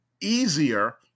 easier